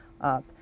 up